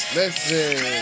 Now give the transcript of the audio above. listen